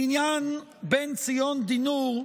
לעניין בן-ציון דינור,